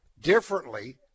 differently